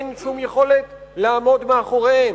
אין שום יכולת לעמוד מאחוריהם.